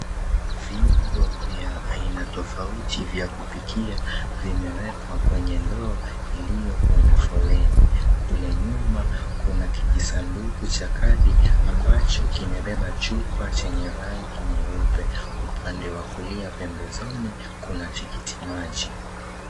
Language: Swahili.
Viungo vya aina tofauti vya kupikia vimewekwa kwenye ndoo iliyo kwenye foleni. Kule nyuma kuna kijisanduku cha kadi ambacho kimebeba chupa chenye rangi nyeupe. Upande wa kulia pembezoni kuna tikiti maji.